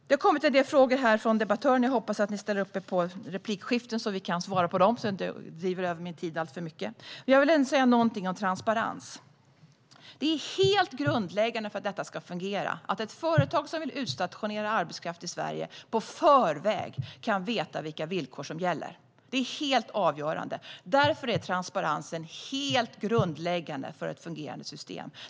Det har kommit en del frågor från debattörerna här, och jag hoppas att ni ställer upp på replikskiften så att jag kan svara på dem där och inte drar över min talartid alltför mycket. Jag vill dock ändå säga någonting om transparens. För att detta ska fungera är det helt grundläggande att ett företag som vill utstationera arbetskraft i Sverige i förväg kan veta vilka villkor som gäller. Det är helt avgörande. Därför är transparensen helt grundläggande för ett fungerande system.